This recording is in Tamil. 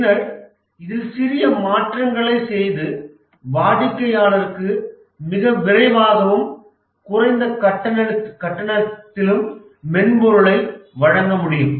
பின்னர் இதில் சிறிய மாற்றங்களைச் செய்து வாடிக்கையாளருக்கு மிக விரைவாகவும் குறைந்த கட்டணத்திலும் மென்பொருளை வழங்க முடியும்